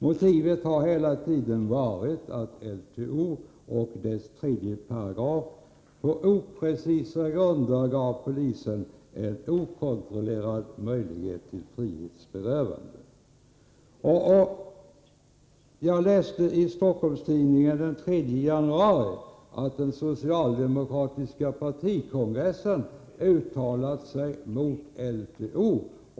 Motivet har hela tiden varit att LTO och dess 3 § på oprecisa grunder gav polisen en okontrollerad möjlighet till frihetsberövande. Jag läste i Stockholms-Tidningen den 3 januari att den socialdemokratiska partikongressen uttalat sig mot LTO.